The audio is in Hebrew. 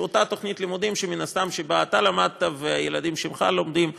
שהיא אותה תוכנית לימודים שמן הסתם אתה למדת והילדים שלך לומדים וכו'